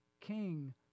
King